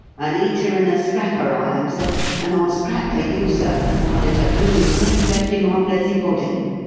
an eater and a scrapper i am, sir and i'll scrap for you, sir, while there's a bloomin' breff left in my blessed body!